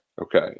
okay